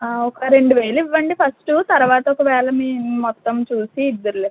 ఒక రెండు వేలు ఇవ్వండి ఫస్టు తరువాత ఒకవేళ మీ మొత్తం చూసి ఇద్దురులెండి